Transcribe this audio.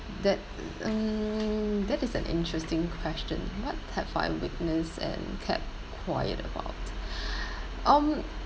that mm that is an interesting question what have I witnessed and kept quiet about um